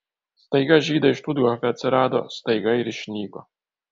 staiga žydai štuthofe atsirado staiga ir išnyko